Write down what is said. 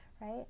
right